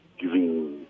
giving